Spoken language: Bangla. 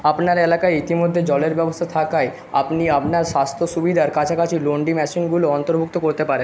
আপনার এলাকায় ইতিমধ্যে জলের ব্যবস্থা থাকায় আপনি আপনার স্বাস্থ্য সুবিধার কাছাকাছি লণ্ড্রি মেশিনগুলোও অন্তর্ভুক্ত করতে পারেন